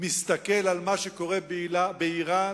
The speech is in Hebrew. מסתכל על מה שקורה באירן